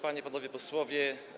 Panie i Panowie Posłowie!